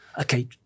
okay